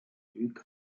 duke